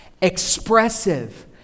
expressive